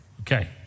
Okay